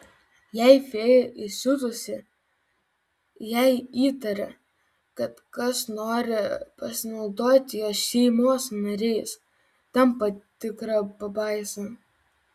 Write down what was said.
jei fėja įsiutusi jei įtaria kad kas nori pasinaudoti jos šeimos nariais tampa tikra pabaisa